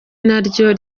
naryo